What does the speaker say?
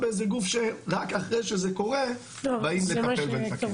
אש זה גוף שרק אחרי שזה קורה באים לטפל ולתקן.